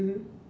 mmhmm